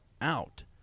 out